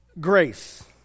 Grace